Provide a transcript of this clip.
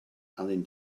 alun